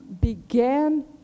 began